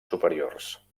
superiors